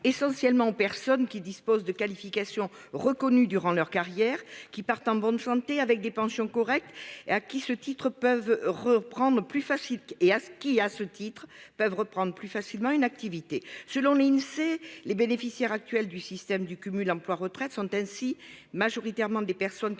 essentiellement aux personnes qui disposent de qualifications reconnues durant leur carrière, qui partent en bonne santé avec des pensions correctes et qui, à ce titre, peuvent reprendre plus facilement une activité. Selon l'Insee, les bénéficiaires actuels du cumul emploi-retraite sont ainsi majoritairement des personnes qui